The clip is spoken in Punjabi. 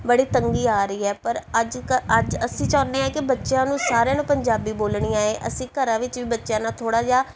ਬੜੀ ਤੰਗੀ ਆ ਰਹੀ ਹੈ ਪਰ ਅੱਜ ਕ ਅੱਜ ਅਸੀਂ ਚਾਹੁੰਦੇ ਹਾਂ ਕਿ ਬੱਚਿਆਂ ਨੂੰ ਸਾਰਿਆਂ ਨੂੰ ਪੰਜਾਬੀ ਬੋਲਣੀ ਆਏ ਅਸੀਂ ਘਰਾਂ ਵਿੱਚ ਵੀ ਬੱਚਿਆਂ ਨਾਲ ਥੋੜ੍ਹਾ ਜਿਹਾ